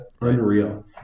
unreal